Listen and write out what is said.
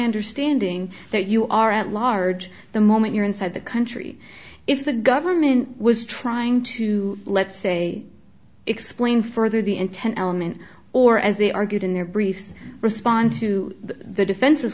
understanding that you are at large the moment you're inside the country if the government was trying to let's say explain further the intent element or as they argued in their briefs response to the defen